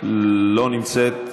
לא נמצאת,